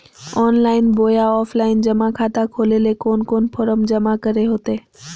Online बोया offline जमा खाता खोले ले कोन कोन फॉर्म जमा करे होते?